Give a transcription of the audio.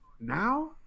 now